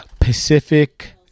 Pacific